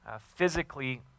physically